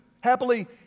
Happily